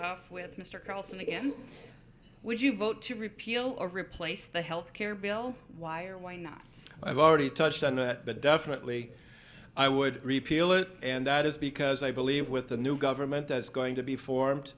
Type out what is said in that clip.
off with mr carlson and would you vote to repeal or replace the health care bill why or why not i've already touched on it but definitely i would repeal it and that is because i believe with the new government that's going to be formed